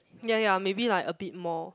ya ya maybe like a bit more